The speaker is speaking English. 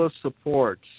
supports